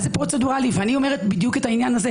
ואני אומרת את זה,